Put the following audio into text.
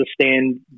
understand